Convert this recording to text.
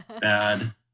bad